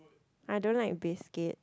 I don't like biscuit